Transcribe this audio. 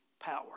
power